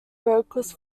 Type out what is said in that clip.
vocals